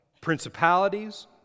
Principalities